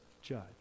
judge